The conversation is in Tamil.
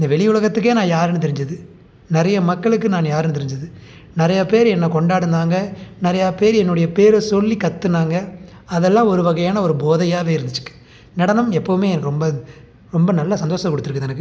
இந்த வெளி உலகத்துக்கே நான் யாருன்னு தெரிஞ்சது நிறைய மக்களுக்கு நான் யாருன்னு தெரிஞ்சது நிறையா பேர் என்ன கொண்டாடுனாங்க நிறையா பேர் என்னுடைய பேரை சொல்லி கத்துனாங்க அதெல்லாம் ஒரு வகையான ஒரு போதையாகவே இருந்துச்சு நடனம் எப்போவுமே எனக்கு ரொம்ப ரொம்ப நல்ல சந்தோஷத்தை கொடுத்துருக்குது எனக்கு